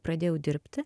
pradėjau dirbti